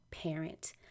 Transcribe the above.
parent